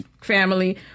family